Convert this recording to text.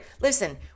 Listen